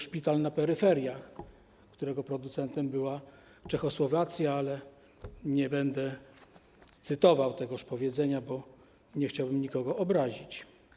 Szpital na peryferiach”, którego producentem była Czechosłowacja, ale nie będę cytował tegoż powiedzenia, bo nie chciałbym nikogo obrazić.